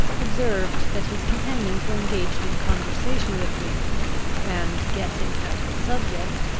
observed that his companions were engaged in conversation with me and, guessing at the subject,